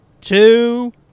two